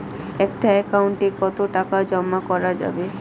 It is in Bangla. একটা একাউন্ট এ কতো টাকা জমা করা যাবে?